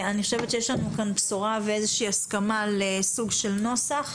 אני חושבת שיש לנו כאן בשורה ואיזושהי הסכמה לסוג של נוסח.